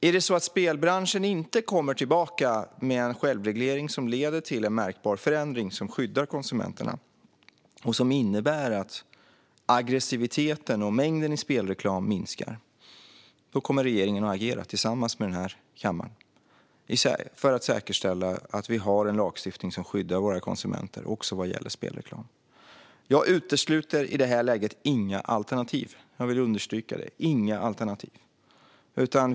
Om spelbranschen inte kommer tillbaka med en sådan förändring som skyddar konsumenterna och som innebär att spelreklamens aggressivitet och mängd minskar kommer regeringen att agera, tillsammans med den här kammaren, för att säkerställa att vi har en lagstiftning som skyddar våra konsumenter också vad gäller spelreklam. Jag utesluter i det här läget inga alternativ. Jag vill understryka det: inga alternativ.